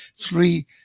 three